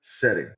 setting